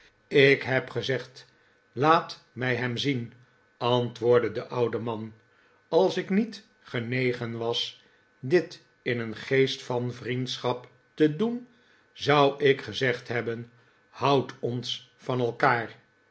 ik heb gezegd laat mij hem zien antwoordde de oude man als ik niet genegen was dit in een geest van vriendschap te doen zou ik gezegd hebben houd ons van elkaar